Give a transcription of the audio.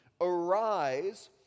arise